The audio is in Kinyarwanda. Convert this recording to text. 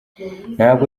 ntabwo